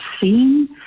seen